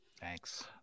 Thanks